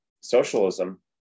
socialism